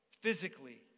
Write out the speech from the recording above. physically